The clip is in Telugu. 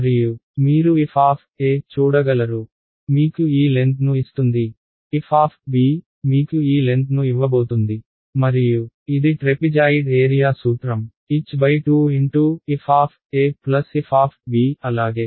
మరియు మీరు f చూడగలరు మీకు ఈ లెన్త్ ను ఇస్తుంది f మీకు ఈ లెన్త్ ను ఇవ్వబోతుంది మరియు ఇది ట్రెపిజాయిడ్ ఏరియా సూత్రం h2ff అలాగే